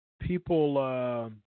people